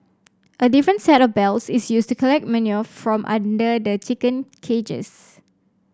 a different set of belts is used to collect manure from under the chicken cages